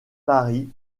paris